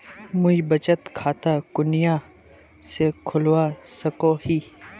मुई बचत खता कुनियाँ से खोलवा सको ही?